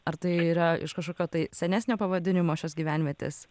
ar tai yra iš kažkokio tai senesnio pavadinimo šios gyvenvietės